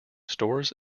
stores